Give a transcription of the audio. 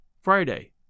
Friday